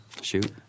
Shoot